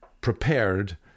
prepared